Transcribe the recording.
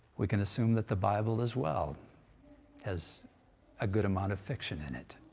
we can assume that the bible as well has a good amount of fiction in it.